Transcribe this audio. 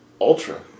Ultra